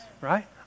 right